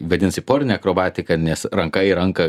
vadinasi porinė akrobatika nes ranka į ranką